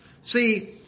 See